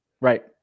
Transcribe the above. right